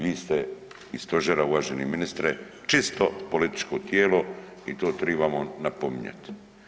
Vi ste iz stožera uvaženi ministre čisto političko tijelo i to tribamo napominjati.